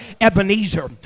Ebenezer